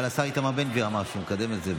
אבל השר איתמר בן גביר אמר שהוא מקדם את זה,